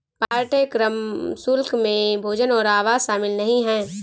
पाठ्यक्रम शुल्क में भोजन और आवास शामिल नहीं है